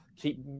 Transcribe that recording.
keep